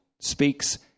speaks